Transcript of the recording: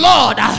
Lord